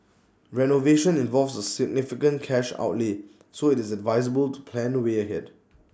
renovation involves A significant cash outlay so IT is advisable to plan the way ahead